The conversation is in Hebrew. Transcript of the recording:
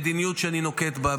המדיניות שאני נוקט בה,